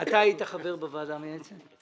היית חבר בוועדה המייעצת?